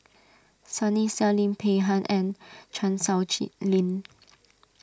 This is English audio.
Sunny Sia Lim Peng Han and Chan Sow Chee Lin